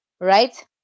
right